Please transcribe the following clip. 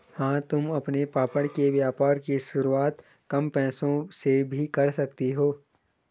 हाँ तुम अपने पापड़ के व्यापार की शुरुआत कम पैसों से भी कर सकती हो